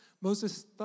Moses